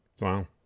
Wow